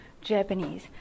Japanese